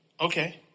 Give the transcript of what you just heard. okay